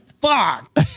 Fuck